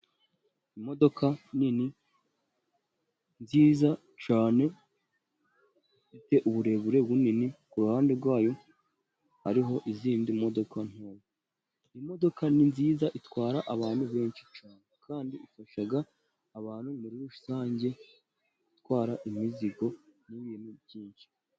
Imodoka nini nziza cyane ifite uburebure bunini, ku ruhande rwayo hariho izindi modoka ntoya. Imodoka ni nziza itwara abantu benshi cyane, kandi ifasha abantu muri rusange gutwara imizigo n'ibintu byinshi.